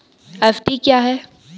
FD क्या है?